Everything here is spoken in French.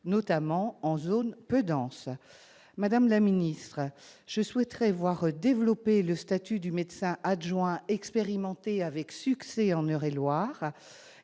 notamment en zone peu dense. Madame la ministre, je souhaiterais que se développe le statut du médecin adjoint, expérimenté avec succès en Eure-et-Loir.